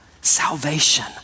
Salvation